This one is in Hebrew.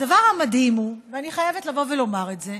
הדבר המדהים הוא, אני חייבת לבוא ולומר את זה,